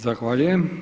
Zahvaljujem.